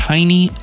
Tiny